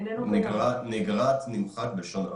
אלון ליכטנשטין,